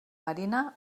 marina